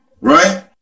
right